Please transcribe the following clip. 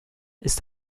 ist